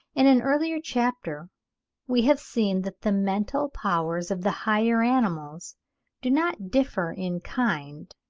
in an earlier chapter we have seen that the mental powers of the higher animals do not differ in kind,